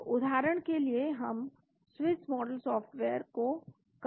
तो उदाहरण के लिए हम स्विस मॉडल सॉफ्टवेयर कर सकते हैं